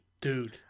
dude